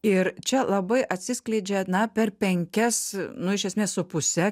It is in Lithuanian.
ir čia labai atsiskleidžia na per penkias nu iš esmės su puse